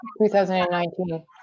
2019